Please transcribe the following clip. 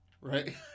right